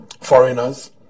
foreigners